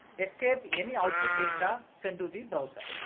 escape. any output data send to the browser,